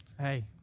Hey